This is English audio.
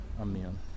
Amen